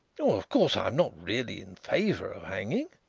oh, of course i'm not really in favour of hanging,